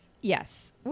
Yes